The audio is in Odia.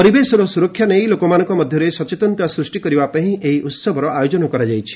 ପରିବେଶର ସୁରକ୍ଷା ନେଇ ଲୋକମାନଙ୍କ ମଧ୍ୟରେ ସଚେତନତା ସୃଷ୍ଟି କରିବା ପାଇଁ ଏହି ଉହବର ଆୟୋଜନ କରାଯାଇଛି